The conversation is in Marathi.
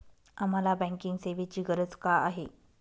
आम्हाला बँकिंग सेवेची गरज का आहे?